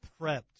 prepped